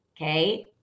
okay